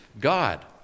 God